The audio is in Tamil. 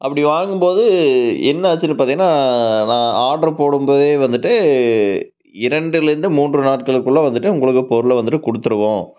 அப்படி வாங்கும் போது என்ன ஆச்சுன்னு பார்த்திங்கன்னா நான் ஆர்ட்ரு போடும் போதே வந்துவிட்டு இரண்டில் இருந்து மூன்று நாட்களுக்குள்ளே வந்துவிட்டு உங்களுக்கு பொருளை வந்துவிட்டு குடுத்துடுவோம்